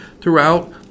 throughout